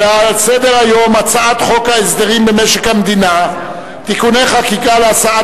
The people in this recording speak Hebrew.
ועל סדר-היום: הצעת חוק ההסדרים במשק המדינה (תיקוני חקיקה להשגת